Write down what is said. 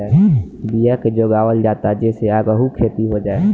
बिया के जोगावल जाता जे से आगहु खेती हो जाए